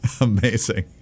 Amazing